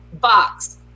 box